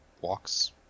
walks